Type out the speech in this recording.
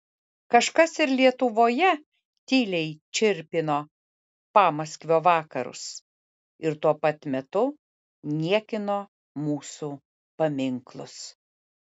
kažkas ir lietuvoje tyliai čirpino pamaskvio vakarus ir tuo pat metu niekino mūsų paminklus